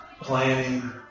planning